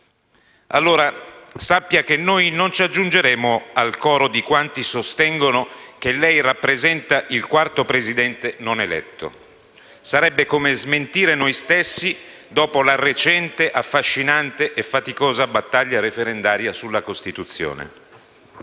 allora, che noi non ci aggiungeremo al coro di quanti sostengono che lei rappresenta il quarto Presidente non eletto; sarebbe come smentire noi stessi dopo la recente, affascinante e faticosa battaglia referendaria sulla Costituzione.